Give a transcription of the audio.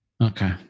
Okay